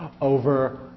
over